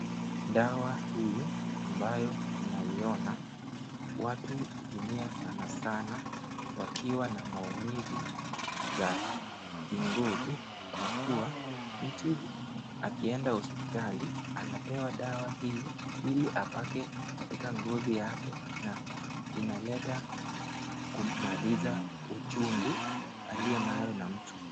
Dawa hii ambayo tunaiona ,watu hutumia sanasana wakiwa na maumivu za kingozi, kwa kuwa mtu akienda hosiptali anapewa dawa hii ili apake katika ngozi yake na inaleta kumaliza uchungu aliyo nayo na mtu.